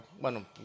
Bueno